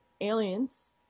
aliens